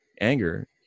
anger